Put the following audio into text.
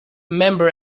member